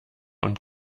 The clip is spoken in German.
und